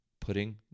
putting